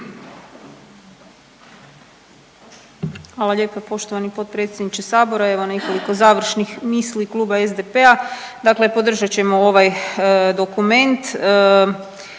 Hvala lijepa poštovani potpredsjedniče sabora. Evo nekoliko završnih misli Kluba SDP-a, dakle podržat ćemo ovaj dokument.